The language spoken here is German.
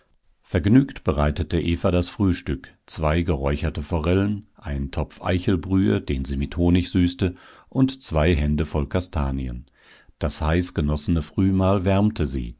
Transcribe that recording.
vergnügt bereitete eva das frühstück zwei geräucherte forellen einen topf eichelbrühe den sie mit honig süßte und zwei hände voll kastanien das heiß genossene frühmahl wärmte sie